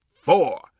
four